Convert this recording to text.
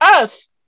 earth